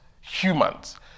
humans